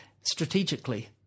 strategically